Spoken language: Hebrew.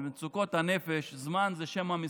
במצוקות הנפש זמן זה שם המשחק.